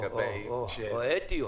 וגם אתיות.